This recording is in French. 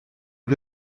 lui